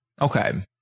okay